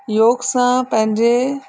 योग सां पंहिंजे